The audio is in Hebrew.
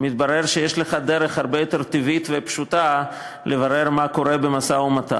מתברר שיש לך דרך הרבה יותר טבעית ופשוטה לברר מה קורה במשא-ומתן,